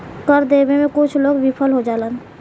कर देबे में कुछ लोग विफल हो जालन